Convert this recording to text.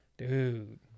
Dude